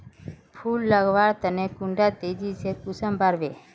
फुल लगवार तने कुंडा तेजी से कुंसम बार वे?